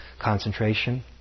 concentration